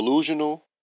Delusional